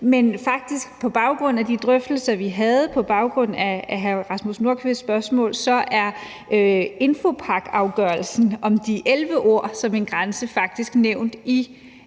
Men på baggrund af de drøftelser, vi havde på baggrund af hr. Rasmus Nordqvists spørgsmål, er Infopaqafgørelsen om de 11 ord som en grænse faktisk nævnt i